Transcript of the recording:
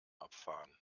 abfahren